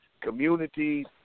communities